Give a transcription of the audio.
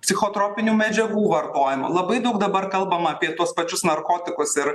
psichotropinių medžiagų vartojimo labai daug dabar kalbama apie tuos pačius narkotikus ir